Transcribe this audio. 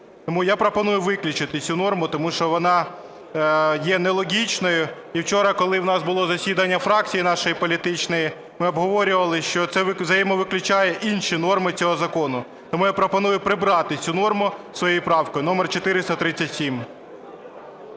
Тому я пропоную виключити цю норму, тому що вона є нелогічною. І вчора, коли у нас було засідання фракції політичної, ми обговорювали, що це взаємовиключає інші норми цього закону. Тому я пропоную прибрати цю норму своєю правкою номер 437.